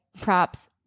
props